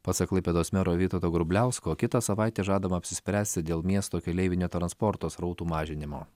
pasak klaipėdos mero vytauto grubliausko kitą savaitę žadama apsispręsti dėl miesto keleivinio transporto srautų mažinimo